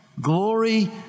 glory